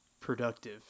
productive